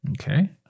Okay